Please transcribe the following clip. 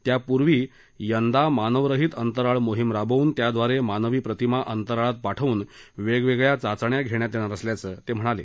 त्यापूर्वी यंदा मानवरहित अंतराळ मोहिम राबवून त्याद्वारे मानवी प्रतिमा अंतराळात पाठवून वेगवेगळ्या चाचण्या घेण्यात येणार असल्याचं ते म्हणाले